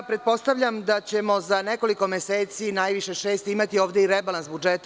Pretpostavljam da ćemo za nekoliko meseci, najviše šest, imati ovde i rebalans budžeta.